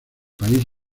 país